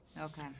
okay